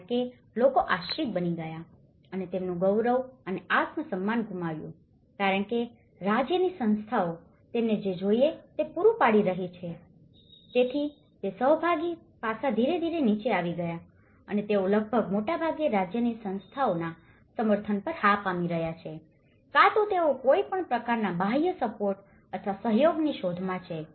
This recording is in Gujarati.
કારણ કે લોકો આશ્રિત બની ગયા છે અને તેમનું ગૌરવ અને આત્મ સન્માન ગુમાવ્યું છે કારણ કે રાજ્યની સંસ્થાઓ તેમને જે જોઈએ તે પૂરી પાડી રહી છે તેથી તે રીતે સહભાગી પાસા ધીરે ધીરે નીચે આવી ગયા છે અને તેઓ લગભગ મોટાભાગે રાજ્યની સંસ્થાઓના સમર્થન પર હા પામી રહ્યા છે અને કાં તો તેઓ કોઈપણ પ્રકારના બાહ્ય સપોર્ટ અથવા સહયોગની શોધમાં છે